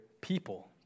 people